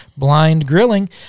blindgrilling